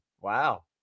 Wow